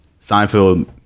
Seinfeld